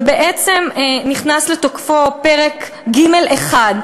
ובעצם נכנס לתוקפו פרק ג'1,